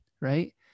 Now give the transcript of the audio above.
right